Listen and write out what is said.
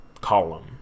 column